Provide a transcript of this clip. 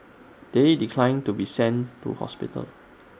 they declined to be sent to hospital